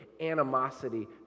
animosity